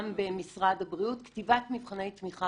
גם במשרד הבריאות כתיבת מבחני תמיכה